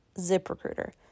ZipRecruiter